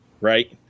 Right